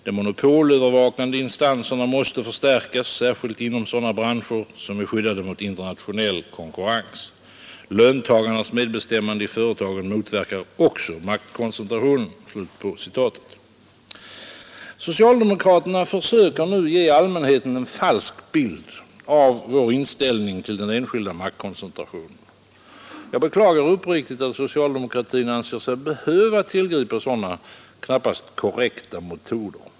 De monopolövervakande instanserna måste förstärkas särskilt inom sådana branscher som är skyddade mot internationall konkurrens. Löntagarnas medbestämmande i företagen motverkar likaså maktkoncentrationen.” Socialdemokraterna försöker nu ge allmänheten en falsk bild av vår inställning till den enskilda maktkoncentrationen. Jag beklagar uppriktigt att socialdemokraterna anser sig behöva tillgripa sådana, knappast korrekta metoder.